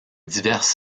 diverses